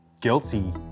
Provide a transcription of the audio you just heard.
guilty